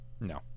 No